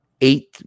eight